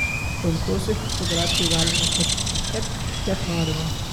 konkursui fotografijų galima pateikti tiek kiek norima